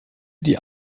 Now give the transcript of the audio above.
die